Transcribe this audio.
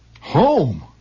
Home